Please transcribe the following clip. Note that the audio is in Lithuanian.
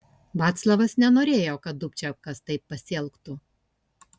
vaclavas nenorėjo kad dubčekas taip pasielgtų